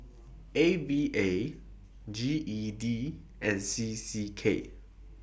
A V A G E D and C C K